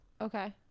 Okay